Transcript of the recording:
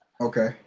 okay